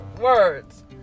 words